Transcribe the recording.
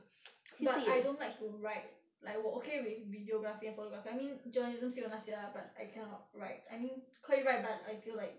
but I don't like to write like 我 okay with videography and photography I mean journalism 是有那些 lah but I cannot write I mean 可以 write but I feel like